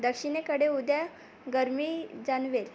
दक्षिणेकडे उद्या गरमी जाणवेल